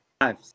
Five